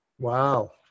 Wow